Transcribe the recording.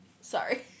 Sorry